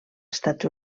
estats